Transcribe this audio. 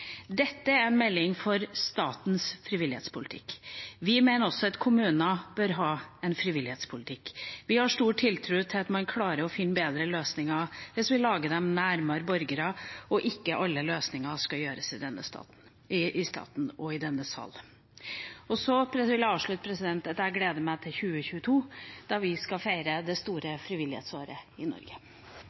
Dette er en melding for statens frivillighetspolitikk. Vi mener også at kommuner bør ha en frivillighetspolitikk. Vi har stor tiltro til at man klarer å finne bedre løsninger hvis man lager dem nærmere borgerne, og at ikke alle løsninger skal gjøres i staten og i denne sal. Jeg vil avslutte med å si at jeg gleder meg til 2022. Da skal vi feire det store frivillighetsåret i Norge.